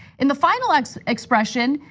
in the final like so expression,